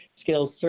skills